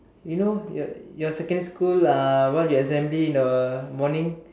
you know your your secondary school uh what your assembly in the morning